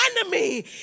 enemy